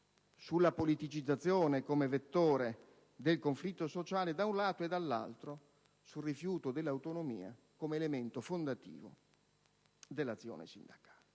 sulla politicizzazione come vettore del conflitto sociale e, dall'altro, sul rifiuto dell'autonomia come elemento fondativo dell'azione sindacale.